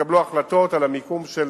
יתקבלו החלטות על המיקום של